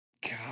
God